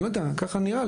ככה נראה לי.